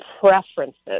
preferences